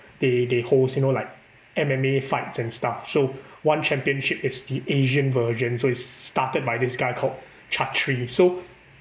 they they host you know like M_M_A fights and stuff so one championship is the asian version so it's started by this guy called chatri so